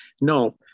No